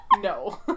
No